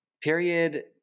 Period